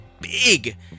big